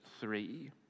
three